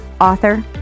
author